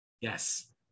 Yes